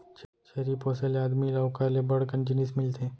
छेरी पोसे ले आदमी ल ओकर ले बड़ कन जिनिस मिलथे